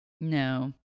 No